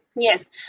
Yes